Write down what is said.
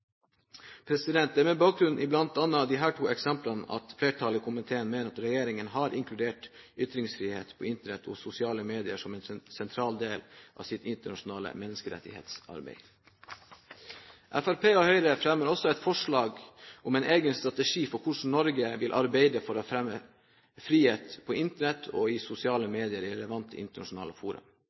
Det er med bakgrunn i bl.a. disse to eksemplene at flertallet i komiteen mener at regjeringen har inkludert ytringsfrihet på Internett og i sosiale medier som en sentral del av sitt internasjonale menneskerettighetsarbeid. Fremskrittspartiet og Høyre fremmer også et forslag om en egen strategi for hvordan Norge vil arbeide for å fremme frihet på Internett og i sosiale medier i relevante internasjonale